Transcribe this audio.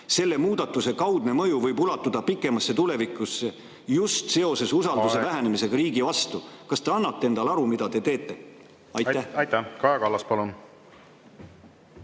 Selle muudatuse kaudne mõju võib ulatuda pikemasse tulevikku just seoses usalduse vähenemisega riigi vastu. Aeg! Kas te annate endale aru, mida te teete? Aitäh! Kaja Kallas, palun!